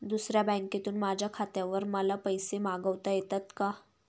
दुसऱ्या बँकेतून माझ्या खात्यावर मला पैसे मागविता येतात का?